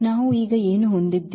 ನಾವು ಈಗ ಏನು ಹೊಂದಿದ್ದೇವೆ